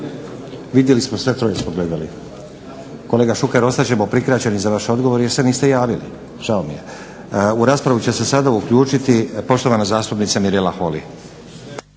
Vidjeli smo, sve troje smo gledali. Kolega Šuker ostat ćemo prikraćeni za vaš odgovor jer se niste javili. Žao mi je. U raspravu će se sada uključiti poštovana zastupnica Mirela Holy.